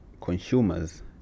consumers